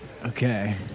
Okay